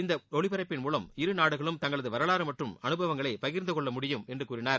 இந்த ஒளிரப்பின் மூவம் இரு நாடுகளும் தங்களது வரலாறு மற்றும் அனுபவங்களை பகிர்ந்து கொள்ள முடியும் என்று கூறினார்